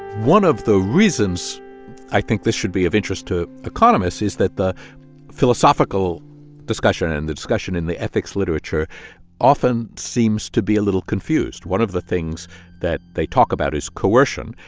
one of the reasons i think this should be of interest to economists is that the philosophical discussion and the discussion in the ethics literature often seems to be a little confused. one of the things that they talk about is coercion.